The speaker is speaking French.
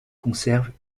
conservent